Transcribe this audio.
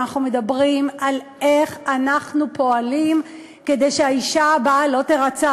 אנחנו מדברים על פעולה כדי שהאישה הבאה לא תירצח.